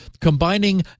combining